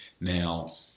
Now